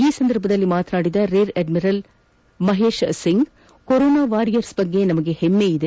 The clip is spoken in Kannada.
ಈ ಸಂದರ್ಭದಲ್ಲಿ ಮಾತನಾಡಿದ rear admiral Mahesh Singh corona warriors ಬಗ್ಗೆ ನಮಗೆ ಹೆಮ್ಮೆ ಇದೆ